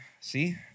See